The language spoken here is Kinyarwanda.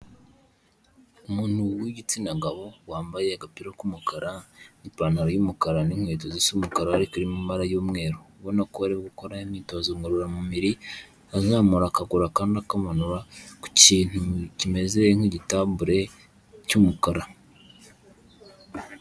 Umuntu w'igitsina gabo wambaye agapira k'umukara n'ipantaro y'umukara n'inkweto zisa umukarari kari mu mara y'umweru, ubona ko ari ukora imyitozo ngororamubiri azamura akagura akandi akamanura, ku kintu kimeze nk'igitabure cy'umukara.